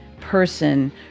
person